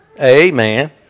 Amen